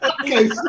okay